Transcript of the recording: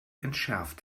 entschärft